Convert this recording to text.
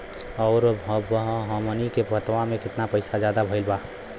और अब हमनी के खतावा में कितना पैसा ज्यादा भईल बा?